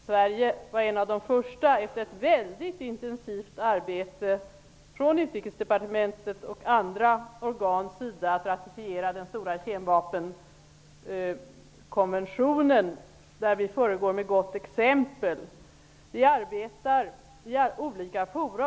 Sverige var en av de första att efter en väldigt intensivt arbete från Utrikesdepartementet och andra organ att ratificera den stora kemvapenkonventionen. Vi föregår där med gott exempel, och vi arbetar i olika fora.